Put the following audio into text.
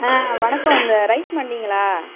ஆ வணக்கம் அந்த ரைஸ் மண்டிங்களா